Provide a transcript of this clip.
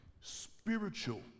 spiritual